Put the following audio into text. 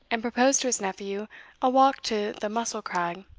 and proposed to his nephew a walk to the mussel-crag.